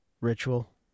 Ritual